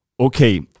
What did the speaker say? Okay